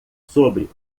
sobre